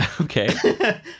okay